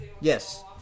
Yes